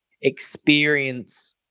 experience